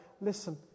Listen